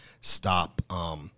stop